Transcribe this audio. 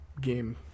game